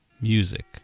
Music